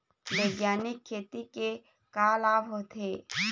बैग्यानिक खेती के का लाभ होथे?